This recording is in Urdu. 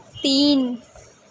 تین